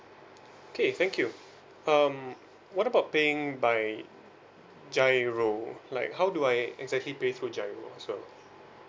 okay thank you um what about paying by G_I_R_O like how do I exactly pay through G_I_R_O as well